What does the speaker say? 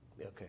okay